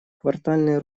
квартальный